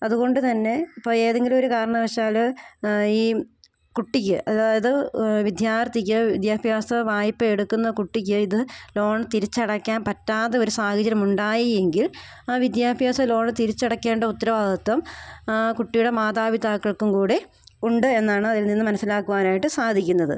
അത്കൊണ്ട് തന്നെ ഇപ്പം ഏതെങ്കിലും ഒരു കാരണവശാൽ ഈ കുട്ടിക്ക് അതായത് വിദ്യാർത്ഥിക്ക് വിദ്യാഭ്യാസ വായ്പ എടുക്കുന്ന കുട്ടിക്ക് ഇത് ലോൺ തിരിച്ചടയ്ക്കാൻ പറ്റാത്ത ഒരു സാഹചര്യമുണ്ടായി എങ്കിൽ ആ വിദ്യാഭ്യാസ ലോണ് തിരിച്ചടയ്ക്കേണ്ട ഉത്തരവാദിത്വം ആ കുട്ടീടെ മാതാപിതാക്കൾക്കും കൂടി ഉണ്ട് എന്നാണ് അതിൽ നിന്ന് മനസ്സിലാക്കുവാനായിട്ട് സാധിക്കുന്നത്